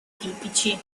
tipici